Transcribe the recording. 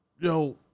yo